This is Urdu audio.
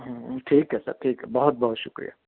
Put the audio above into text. ٹھیک ہے سر ٹھیک ہے بہت بہت شُکریہ